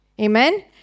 amen